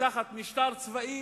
ותחת משטר צבאי,